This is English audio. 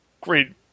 great